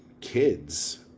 kids